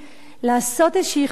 לעשות איזו חלוקה,